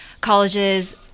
colleges